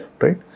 Right